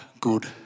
good